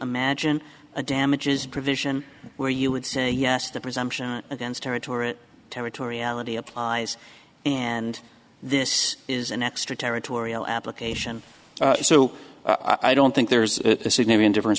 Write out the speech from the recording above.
imagine a damages provision where you would say yes the presumption against territory territoriality applies and this is an extra territorial application so i don't think there's a significant difference